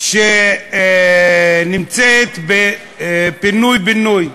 שנמצאת בפינוי-בינוי.